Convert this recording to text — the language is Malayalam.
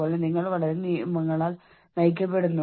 ഞാൻ എത്രത്തോളം സമ്മർദ്ദത്തിലാണെന്ന് ഞാൻ തീരുമാനിക്കുന്നു